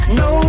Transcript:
no